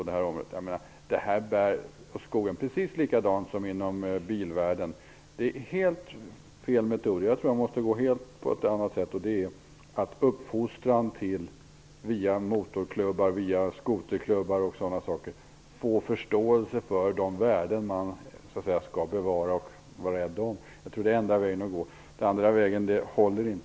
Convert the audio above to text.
Det här bär åt skogen, precis på samma sätt som det har gjort inom bilvärlden. Detta är helt fel metod. Jag tror att man måste gå en annan väg. Via motorklubbar, skoterklubbar osv. skall förarna få förståelse för de värden som de skall bevara och vara rädda om. Jag tror att det är den enda vägen att gå. Den andra vägen håller inte.